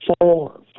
Four